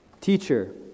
Teacher